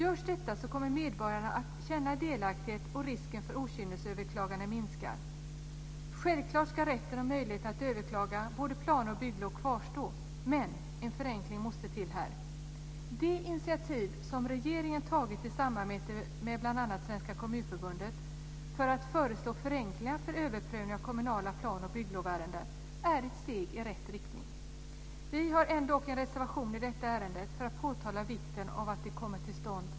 Om detta görs kommer medborgarna att känna delaktighet, och risken för okynnesöverklagande minskar. Självklart ska rätten och möjligheten att överklaga både planer och bygglov kvarstå men en förenkling måste till här. De initiativ som regeringen har tagit i samarbete med bl.a. Svenska Kommunförbundet för att föreslå förenklingar för överprövningen av kommunala planoch bygglovsärenden är ett steg i rätt riktning. Vi har ändå en reservation i detta ärende för att påtala vikten av att detta snabbt kommer till stånd.